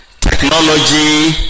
technology